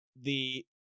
the-